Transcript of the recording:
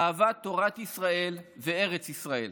אהבת תורת ישראל וארץ ישראל.